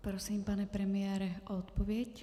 Prosím, pane premiére, o odpověď.